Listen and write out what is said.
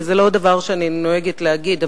זה לא דבר שאני נוהגת להגיד.